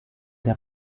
der